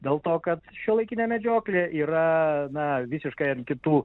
dėl to kad šiuolaikinė medžioklė yra na visiškai an kitų